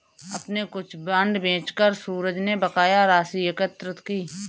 अपने कुछ बांड बेचकर सूरज ने बकाया राशि एकत्र की